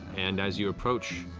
and as you approach,